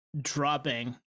dropping